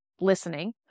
listening